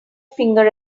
finger